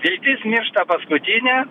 viltis miršta paskutinė